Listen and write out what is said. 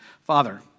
Father